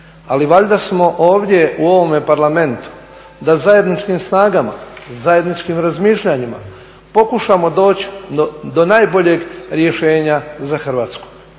ali valjda smo ovdje u ovome Parlamentu da zajedničkim snagama, zajedničkim razmišljanjima pokušamo doći do najboljeg rješenja za Hrvatsku.